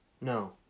No